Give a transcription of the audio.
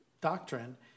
doctrine